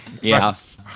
Yes